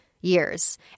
years